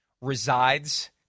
resides